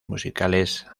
musicales